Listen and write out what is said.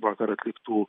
vakar atliktų